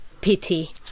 pity